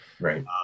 Right